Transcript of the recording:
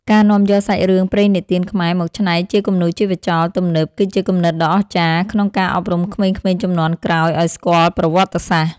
ការនាំយកសាច់រឿងព្រេងនិទានខ្មែរមកច្នៃជាគំនូរជីវចលទំនើបគឺជាគំនិតដ៏អស្ចារ្យ ក្នុងការអប់រំក្មេងៗជំនាន់ក្រោយឱ្យស្គាល់ប្រវត្តិសាស្ត្រ។